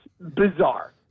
bizarre